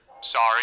Sorry